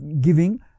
giving